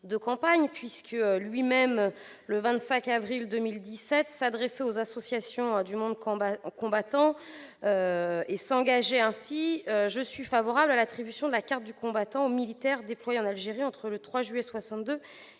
de campagne : en effet, le 25 avril 2017, il s'est adressé aux associations du monde combattant, en se déclarant « favorable à l'attribution de la carte du combattant aux militaires déployés en Algérie entre le 3 juillet 1962